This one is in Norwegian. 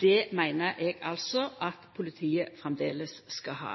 Det meiner eg altså at politiet framleis skal ha.